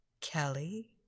Kelly